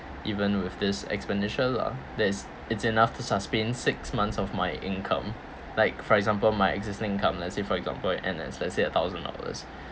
even with this expenditure lah there's it's enough to sustain six months of my income like for example my existing income let's say for example with N_S let's say a thousand dollars